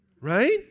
right